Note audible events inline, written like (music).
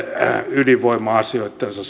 ydinvoima asioittensa (unintelligible)